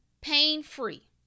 pain-free